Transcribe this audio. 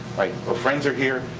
ah friends are here,